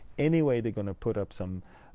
anyway, they're gonna put up some